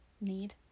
need